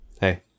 Hey